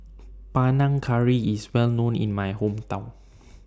Panang Curry IS Well known in My Hometown